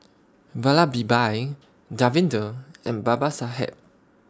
Vallabhbhai Davinder and Babasaheb